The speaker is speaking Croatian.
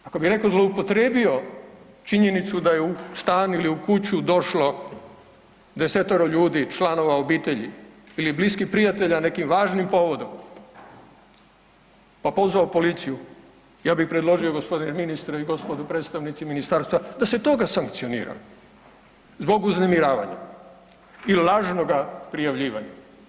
Ako bi neko zloupotrijebio činjenicu da je u stan ili u kuću došlo desetoro ljudi članova obitelji ili bliskih prijatelja nekim važnim povodom pa pozvao policiju, ja bih predložio gospodine ministre i gospodo predstavnici ministarstva da se toga sankcionira zbog uznemiravanja i lažnoga prijavljivanja.